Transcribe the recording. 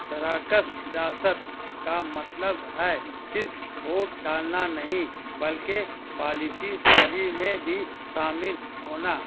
سراکس سیاست کا مطلب ہے صرف ووٹ ڈالنا نہیں بلکہ پالیسی سازی میں بھی شامل ہونا